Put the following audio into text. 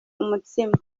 umutsima